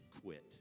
quit